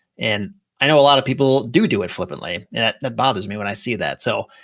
and i know a lot of people do do it flippantly and that that bothers me when i see that. so,